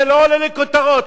זה לא עולה לכותרות.